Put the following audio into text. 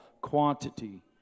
quantity